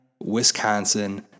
Wisconsin